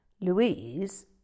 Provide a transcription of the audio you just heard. Louise